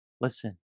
Listen